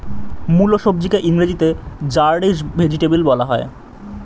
মুলো সবজিকে ইংরেজিতে র্যাডিশ ভেজিটেবল বলা হয়